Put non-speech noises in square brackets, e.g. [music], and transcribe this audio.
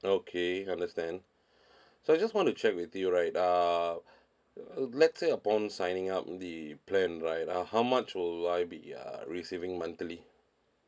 okay understand [breath] so I just want to check with you right uh let's say upon signing up the plan right uh how much will I be uh receiving monthly